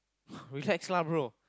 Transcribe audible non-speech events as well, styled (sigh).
(breath) relax lah bro